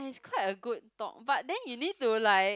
quite a good talk but then you need to like